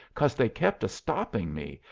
cause they kept a-stopping me,